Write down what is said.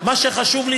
מה שחשוב לי,